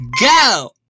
go